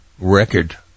Record